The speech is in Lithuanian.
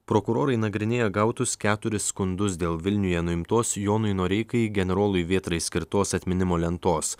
prokurorai nagrinėja gautus keturis skundus dėl vilniuje nuimtos jonui noreikai generolui vėtrai skirtos atminimo lentos